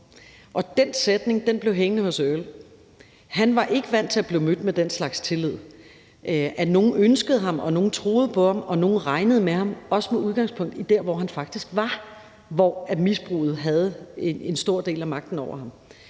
Den sætning blev hængende hos Earl. Han var ikke vant til at blive mødt med den slags tillid; at nogen ønskede ham og nogen troede på ham og nogen regnede med ham, også med udgangspunkt i, hvor han faktisk var, hvor misbruget havde en stor del af magten over ham.